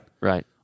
Right